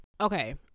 Okay